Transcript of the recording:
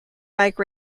bike